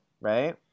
right